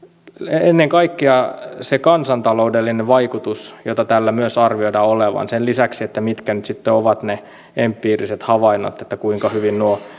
on ennen kaikkea se kansantaloudellinen vaikutus jota tällä myös arvioidaan olevan sen lisäksi mitkä nyt sitten ovat ne empiiriset havainnot siitä kuinka hyvin nuo